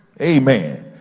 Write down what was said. Amen